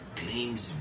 claims